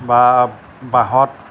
বা বাঁহত